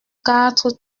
quatre